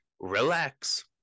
Relax